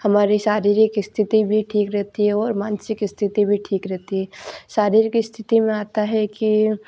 हमारी शारीरिक स्थिति भी ठीक रहती है और मानसिक स्थिति भी ठीक रहती है शारीरिक स्थिति में आता है कि